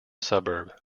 suburb